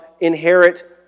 inherit